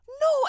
No